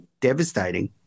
devastating